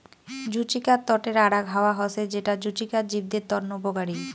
জুচিকার তটের আরাক হাওয়া হসে যেটা জুচিকার জীবদের তন্ন উপকারী